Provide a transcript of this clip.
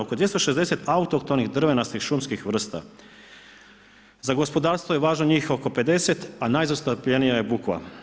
Oko 260 autohtonih drvenastih šumskih vrsta, za gospodarstvo je važno njih oko 50, a najzastupljenija je bukva.